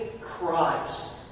Christ